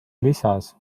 lisas